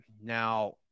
Now